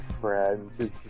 friends